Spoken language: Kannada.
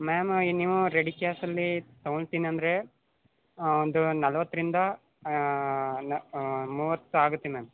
ಮ್ಯಾಮ್ ನೀವು ರೆಡಿ ಕ್ಯಾಶಲ್ಲಿ ತಗೋಂತಿನಿ ಅಂದರೆ ಒಂದು ನಲವತ್ತರಿಂದ ನ ಮೂವತ್ತು ಆಗುತ್ತೆ ಮ್ಯಾಮ್